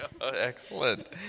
Excellent